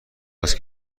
است